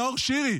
נאור שירי,